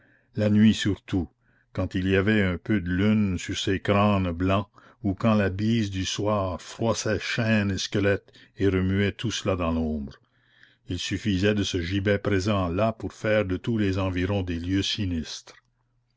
la nuit surtout quand il y avait un peu de lune sur ces crânes blancs ou quand la bise du soir froissait chaînes et squelettes et remuait tout cela dans l'ombre il suffisait de ce gibet présent là pour faire de tous les environs des lieux sinistres